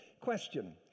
Question